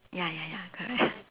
ya ya ya correct